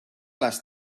les